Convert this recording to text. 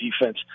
defense